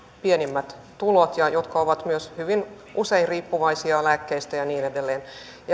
pienimmät tulot ja jotka ovat myös hyvin usein riippuvaisia lääkkeistä ja niin edelleen